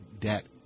debt